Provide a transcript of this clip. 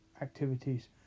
activities